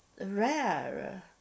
rare